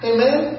Amen